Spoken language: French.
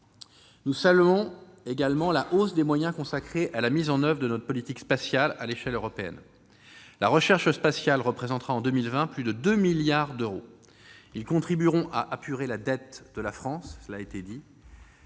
Nous saluons la hausse des moyens consacrés à la mise en oeuvre de notre politique spatiale à l'échelle européenne. La recherche spatiale représentera en 2020 plus de 2 milliards d'euros. Ces crédits contribueront à apurer la dette de la France auprès de